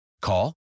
Call